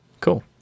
Cool